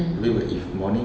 mm